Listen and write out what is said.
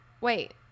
wait